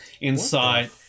inside